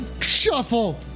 Shuffle